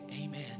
amen